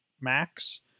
max